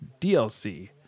DLC